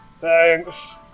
Thanks